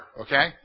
okay